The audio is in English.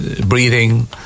breathing